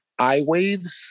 iWaves